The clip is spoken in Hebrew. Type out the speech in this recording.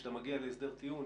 כשאתה מגיע להסדר טיעון,